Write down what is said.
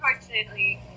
unfortunately